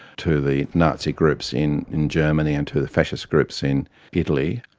to the nazi groups in in germany and to the fascist groups in italy,